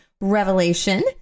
Revelation